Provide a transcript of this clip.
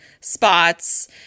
spots